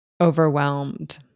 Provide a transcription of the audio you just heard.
overwhelmed